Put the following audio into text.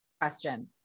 question